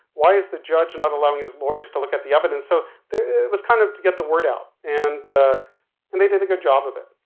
why is the judge not allowing his lawyers to look at the evidence? so it was kind of to get the word out. and and they did a good job of it,